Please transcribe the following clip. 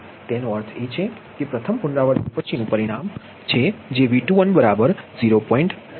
તેનો અર્થ એ કે પ્રથમ પુનરાવૃત્તિ પછીનુ પરિણામ છે જે V21 બરાબર 0